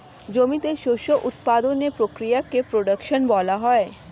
জমিতে শস্য উৎপাদনের প্রক্রিয়াকে প্রোডাকশন বলা হয়